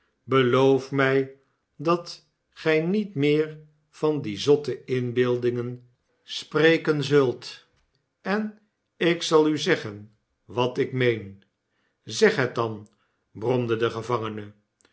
beloof mij dat gij niet meer van die zotte inbeeldingen spreken zult en ik zal u zeggen wat ik meen zeg het dan bromde de gevangene